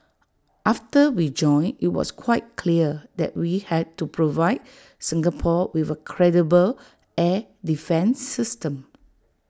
after we joined IT was quite clear that we had to provide Singapore with A credible air defence system